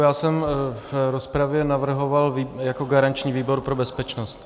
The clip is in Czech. Já jsem v rozpravě navrhoval jako garanční výbor pro bezpečnost.